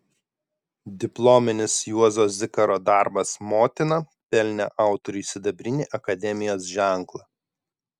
diplominis juozo zikaro darbas motina pelnė autoriui sidabrinį akademijos ženklą